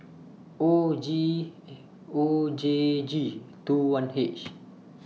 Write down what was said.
O G O J G two one H